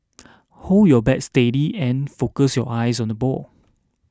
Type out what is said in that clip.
hold your bat steady and focus your eyes on the ball